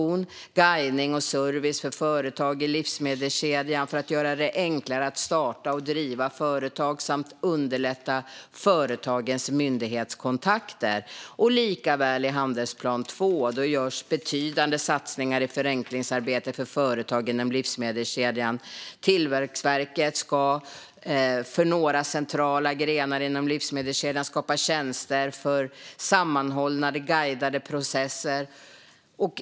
Man satsade på guidning och service till företag i livsmedelskedjan för att göra det enklare att starta och driva företag samt underlätta företagens myndighetskontakter. I handlingsplan två gjordes betydande satsningar på förenklingsarbetet för företag inom livsmedelskedjan. Tillväxtverket ska för några centrala grenar inom livsmedelskedjan skapa tjänster för sammanhållna guidade processer.